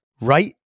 right